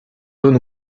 donne